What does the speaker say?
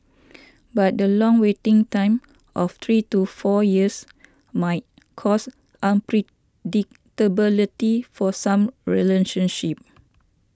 but the long waiting time of three to four years might cause unpredictability for some relationships